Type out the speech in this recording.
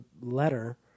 letter